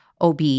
OB